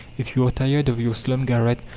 if you are tired of your slum-garret,